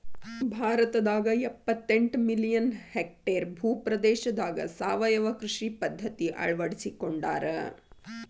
ಭಾರತದಾಗ ಎಪ್ಪತೆಂಟ million hectare ಭೂ ಪ್ರದೇಶದಾಗ ಸಾವಯವ ಕೃಷಿ ಪದ್ಧತಿ ಅಳ್ವಡಿಸಿಕೊಂಡಾರ